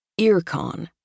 earcon